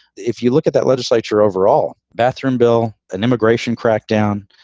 if you look at that legislature, overall bathroom bill, an immigration crackdown,